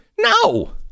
no